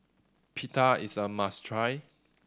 pita is a must try